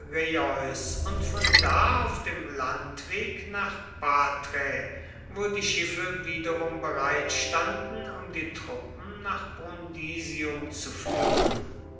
und von da auf dem landweg nach paträ wo die schiffe wiederum bereit standen um die truppen nach brundisium zu führen